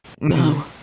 No